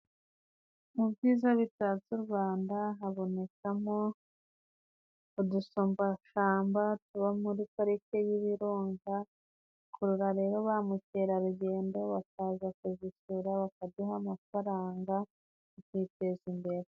Mu bwiza bitatse u Rwanda habonekamo udusumbashamba tuba muri pariki y'ibirunga dukurura ba mukerarugendo bashakaza kuzisura bakaduha amafaranga tukiteza imbere.